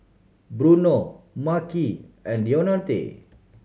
Bruno Makhi and Deonte